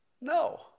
No